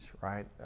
right